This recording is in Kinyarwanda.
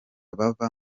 bava